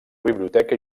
biblioteca